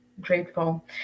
Grateful